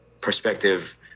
perspective